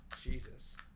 Jesus